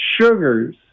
sugars